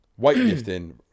Weightlifting